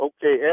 Okay